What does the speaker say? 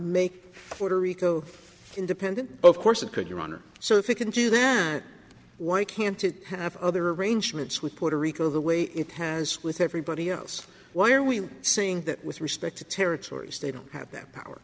make border rico independent of course it could your honor so if you can do then why can't it have other arrangements with puerto rico the way it has with everybody else why are we saying that with respect to territories they don't have that power